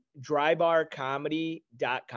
drybarcomedy.com